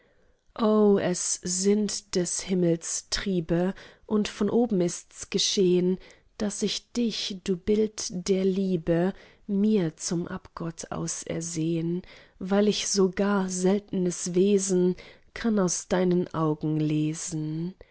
o es sind des himmels triebe und von oben ist's geschehn daß ich dich du bild der liebe mir zum abgott ausersehn weil ich so gar seltnes wesen kann aus deinen augen lesen